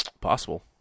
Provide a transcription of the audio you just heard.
Possible